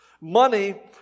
Money